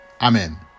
Amen